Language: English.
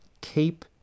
keep